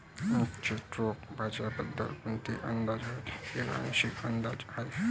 निश्चितच रोखे बाजाराबद्दल कोणताही अंदाज हा एक आंशिक अंदाज आहे